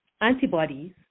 antibodies